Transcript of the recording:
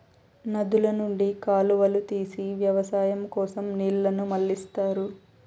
నదుల నుండి కాలువలు తీసి వ్యవసాయం కోసం నీళ్ళను మళ్ళిస్తారు